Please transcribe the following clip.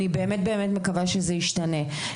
אני מקווה שזה ישתנה.